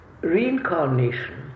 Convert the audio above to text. reincarnation